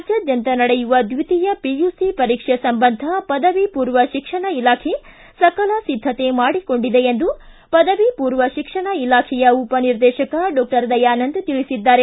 ರಾಜ್ಯಾದ್ಯಂತ ನಡೆಯುವ ದ್ವಿತೀಯ ಪಿಯುಸಿ ಪರೀಕ್ಷೆ ಸಂಬಂಧ ಪದವಿ ಪೂರ್ವ ಶಿಕ್ಷಣ ಇಲಾಖೆ ಸಕಲ ಸಿದ್ದತೆ ಮಾಡಿಕೊಂಡಿದೆ ಎಂದು ಪದವಿ ಪೂರ್ವ ಶಿಕ್ಷಣ ಇಲಾಖೆಯ ಉಪನಿರ್ದೇಶಕ ಡಾಕ್ಷರ್ ದಯಾನಂದ್ ತಿಳಿಸಿದ್ದಾರೆ